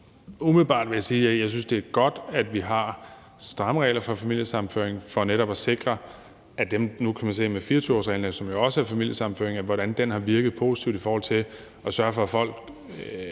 umiddelbart sige, at jeg synes, det er godt, at vi har stramme regler for familiesammenføring. Man kan se det med 24-årsreglen, som jo også er familiesammenføring, hvordan den har virket positivt i forhold til at sørge for, at folk